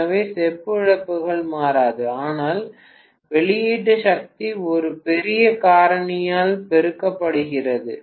எனவே செப்பு இழப்புகள் மாறாது ஆனால் வெளியீட்டு சக்தி ஒரு பெரிய காரணியால் பெருக்கப்படுகிறது